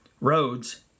roads